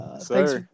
thanks